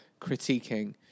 critiquing